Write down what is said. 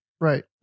Right